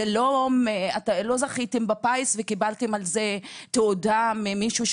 לא זכיתם בפיס וקיבלתם על זה תעודה ממישהו.